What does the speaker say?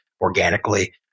organically